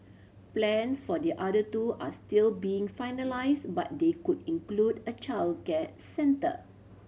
plans for the other two are still being finalised but they could include a childcare centre